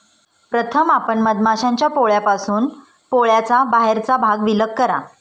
प्रथम आपण मधमाश्यांच्या पोळ्यापासून पोळ्याचा बाहेरचा भाग विलग करा